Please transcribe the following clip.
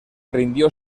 rindió